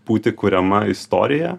būti kuriama istorija